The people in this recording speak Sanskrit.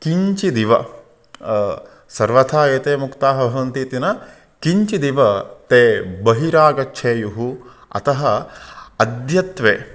किञ्चिदिव सर्वथा एते मुक्ताः भवन्ति इति न किञ्चिदिव ते बहिरागच्छेयुः अतः अद्यत्वे